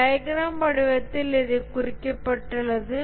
diagram வடிவத்தில் இதைக் குறிக்க பட்டுள்ளது